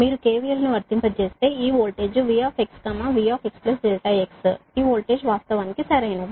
మీరు KVL ను వర్తింపజేస్తే ఈ voltage V V x ∆x ఈ వోల్టేజ్ వాస్తవానికి సరైనది